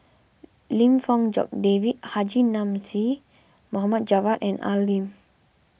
Lim Fong Jock David Haji Namazie Mohd Javad and Al Lim